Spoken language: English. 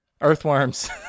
Earthworms